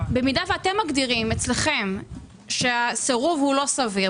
אם אתם מגדירים אצלכם שהסירוב אינו סביר,